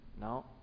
now